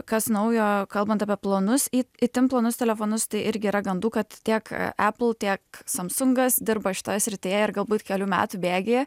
kas naujo kalbant apie plonus itin plonus telefonus tai irgi yra gandų kad tiek apple tiek samsungas dirba šitoje srityje ir galbūt kelių metų bėgyje